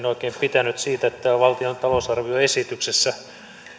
oikein pitänyt siitä että valtion talousarvioesityksessä